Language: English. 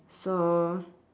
so